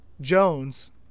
Jones